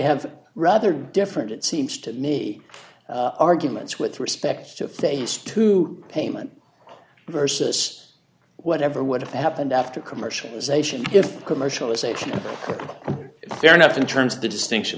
have rather different it seems to me arguments with respect to face to payment versus whatever would have happened after commercialization if commercialization fair enough in terms of the distinction